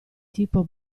tipo